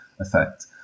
effect